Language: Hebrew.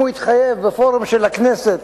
אם הוא התחייב בפורום של הכנסת,